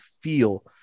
feel